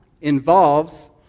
involves